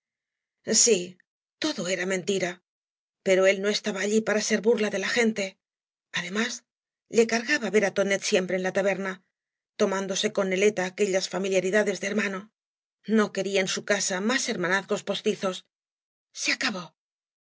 sí todo era mentira pero él no estaba allí para ser burla de la gente además le cargaba ver á tonet siempre en la taberna tomándose con neleta aquellas familiaridades de hermano no quería en su casa más hermanazgos postizos be acabó